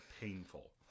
painful